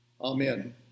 Amen